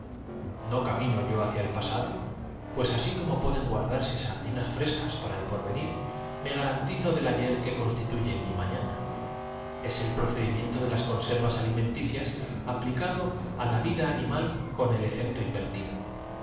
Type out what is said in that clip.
no camino yo hacia el pasado pues así como pueden tado en esta circunstancia por la ciencia le da un ca guardarse sardinas frescas para el porvenir me ga ballo al encargado de llevar el parte la electricidad rantizo del ayer que constituye mi mañana es el pro aplicada al anacronópete le rodea de un piquete de cedimiento de las conservas alimenticias aplicado á la caballería los cuatro aparatos neumáticos y les orde vida animal con el efecto invertido